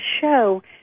show